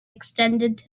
extended